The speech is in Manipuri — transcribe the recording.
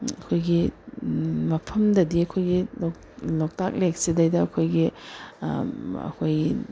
ꯑꯩꯈꯣꯏꯒꯤ ꯃꯐꯝꯗꯗꯤ ꯑꯩꯈꯣꯏꯒꯤ ꯂꯣꯛꯇꯥꯛ ꯂꯦꯛꯁꯤꯗꯩꯗ ꯑꯩꯈꯣꯏꯒꯤ ꯑꯩꯈꯣꯏ